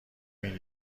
این